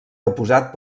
deposat